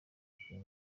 inkuru